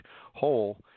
hole